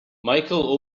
michael